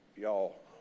Y'all